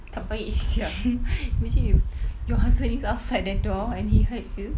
tak baik sia imagine if your husband is outside the door and he heard you